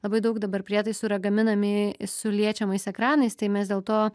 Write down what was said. labai daug dabar prietaisų yra gaminami su liečiamais ekranais tai mes dėl to